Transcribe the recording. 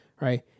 right